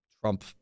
Trump